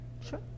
Sure